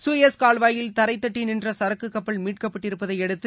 Suez கால்வாயில் தரைதட்டிநின்றசரக்குகப்பல் மீட்கப்பட்டிருப்பதையடுத்து